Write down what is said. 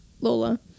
Lola